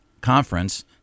Conference